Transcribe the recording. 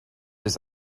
his